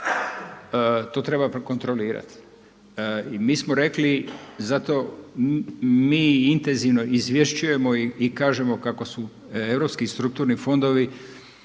To treba prekontrolirati. Mi smo rekli za to mi intenzivno izvješćujemo i kažemo kako su europski strukturni fondovi